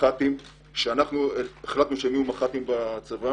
מח"טים שאנחנו החלטנו שהם יהיה מח"טים בצבא